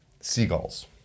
Seagulls